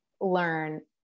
learn